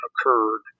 occurred